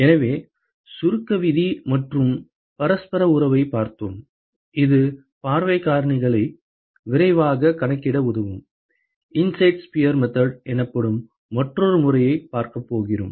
எனவே சுருக்க விதி மற்றும் பரஸ்பர உறவைப் பார்த்தோம் இது பார்வைக் காரணிகளை விரைவாகக் கணக்கிட உதவும் இன்சைட் ஸ்பியர் மெத்தெட் எனப்படும் மற்றொரு முறையைப் பார்க்கப் போகிறோம்